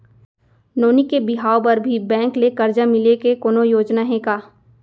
नोनी के बिहाव बर भी बैंक ले करजा मिले के कोनो योजना हे का?